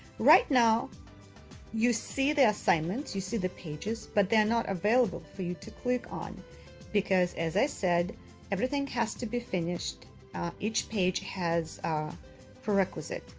right now you see the assignments, you see the pages, but they are not available for you to click on because as i said everything has to be finished each page has a ah prerequisite,